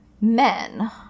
Men